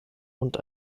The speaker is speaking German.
und